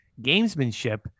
gamesmanship